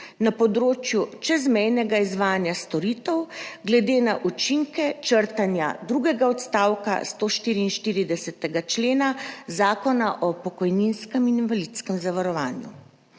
na področju čezmejnega izvajanja storitev glede na učinke črtanja drugega odstavka 144. člena Zakona o pokojninskem in invalidskem zavarovanju.